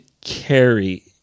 carry